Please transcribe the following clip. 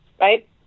right